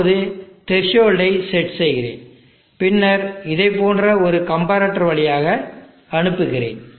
இப்போது த்ரசோல்டு ஐ செட் செய்கிறேன் பின்னர் இதைப் போன்ற ஒரு கம்பரட்டர் வழியாக அனுப்புகிறேன்